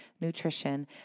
nutrition